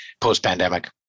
post-pandemic